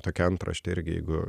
tokia antraštė ir jeigu